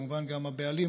כמובן גם הבעלים,